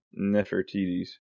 Nefertiti's